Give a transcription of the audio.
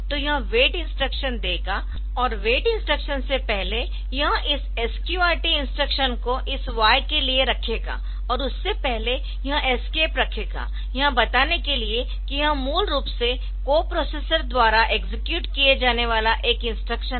तो यह wait instruction देगा और वेट इंस्ट्रक्शन से पहले यह इस SQRT इंस्ट्रक्शन को इस Y के लिए रखेगा और उससे पहले यह एस्केप रखेगा यह बताने के लिए कि यह मूल रूप से कोप्रोसेसर द्वारा एक्सेक्यूट किया जाने वाला एक इंस्ट्रक्शन है